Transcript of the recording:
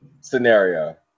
scenario